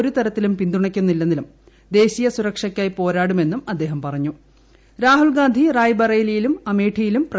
ഒരുതരത്തിലും പിന്തുണ യ്ക്കില്ലെന്നും ദേശീയ സുരക്ഷയ്ക്കായി പോരാടുമെന്നും അദ്ദേഹം രാഹുൽഗാന്ധി റായ്ബറേലിയിലും അമേഠിയിലും പറഞ്ഞു